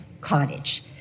cottage